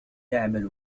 يعمل